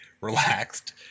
relaxed